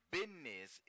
Business